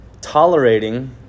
tolerating